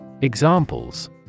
Examples